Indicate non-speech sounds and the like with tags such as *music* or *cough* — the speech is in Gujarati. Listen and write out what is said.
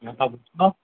નતા *unintelligible*